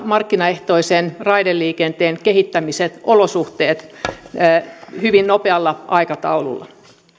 markkinaehtoisen raideliikenteen kehittämisen olosuhteet hyvin nopealla aikataululla